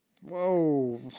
Whoa